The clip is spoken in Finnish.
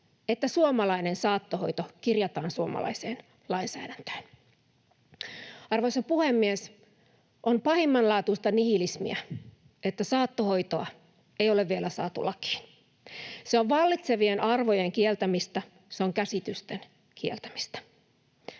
että suomalainen saattohoito kirjataan suomalaiseen lainsäädäntöön. Arvoisa puhemies! On pahimmanlaatuista nihilismiä, että saattohoitoa ei ole vielä saatu lakiin. Se on vallitsevien arvojen kieltämistä, se on käsitysten kieltämistä.